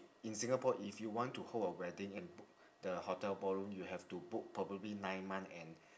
in singapore if you want to hold a wedding and book the hotel ballroom you have to book probably nine month and